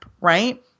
right